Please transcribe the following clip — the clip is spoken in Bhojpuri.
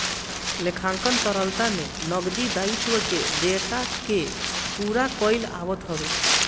लेखांकन तरलता में नगदी दायित्व के देयता कअ पूरा कईल आवत हवे